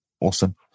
awesome